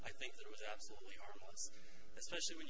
i think especially the